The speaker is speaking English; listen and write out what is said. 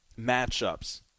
matchups